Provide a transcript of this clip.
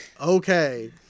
okay